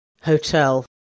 hotel